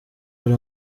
hari